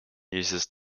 uses